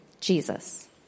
Jesus